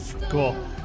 cool